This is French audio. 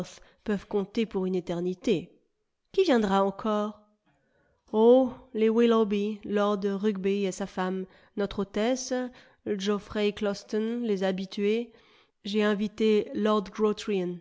peuvent compter pour une éternité qui viendra encore oh les willoughby lord rugby et sa femme notre hôtesse geoffrey clouston les habitués j'ai invité lord